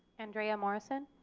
andrea morrison.